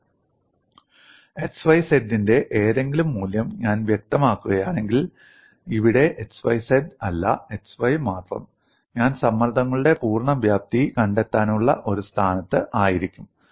x y z ന്റെ ഏതെങ്കിലും മൂല്യം ഞാൻ വ്യക്തമാക്കുകയാണെങ്കിൽ ഇവിടെ x y z അല്ല x y മാത്രം ഞാൻ സമ്മർദ്ദങ്ങളുടെ പൂർണ്ണ വ്യാപ്തി കണ്ടെത്താനുള്ള ഒരു സ്ഥാനത്ത് ആയിരിക്കും